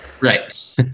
Right